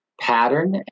pattern